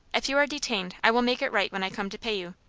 if you are detained i will make it right when i come to pay you.